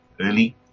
early